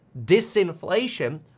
disinflation